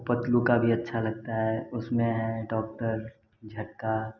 पतलू का भी अच्छा लगता है उसमें है डॉक्टर झटका